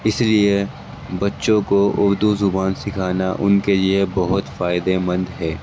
اس لیے بچوں کو اردو زبان سکھانا ان کے لیے بہت فائدے مند ہے